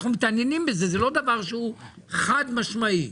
אנחנו מתעניינים בזה, זה לא דבר שהוא חד משמעי.